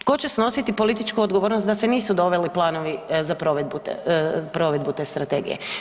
Tko će snositi političku odgovornost da se nisu doveli planovi za provedbu te strategije?